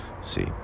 see